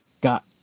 got